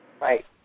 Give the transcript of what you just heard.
Right